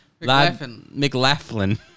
McLaughlin